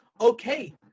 okay